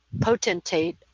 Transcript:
potentate